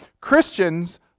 Christians